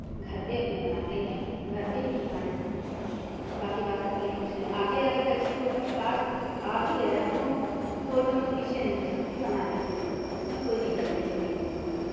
घर पर अपने बनाते हैं घर पर ही हमारे सब कुछ हो बाकी बाहर के लिए कुछ नहीं आगे अगर कैसी कोई मतलब आज आ भी गया तो हम कोई मतलब पीछे नहीं हट सकते बना लेते हैं इसमें कोई दिक्कत नहीं होगी हमें